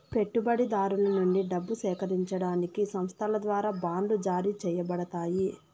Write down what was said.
పెట్టుబడిదారుల నుండి డబ్బు సేకరించడానికి సంస్థల ద్వారా బాండ్లు జారీ చేయబడతాయి